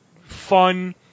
fun